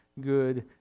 good